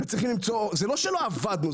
זה לא שלא עבדנו,